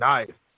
Nice